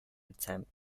attempt